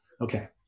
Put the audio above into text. Okay